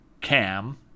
Cam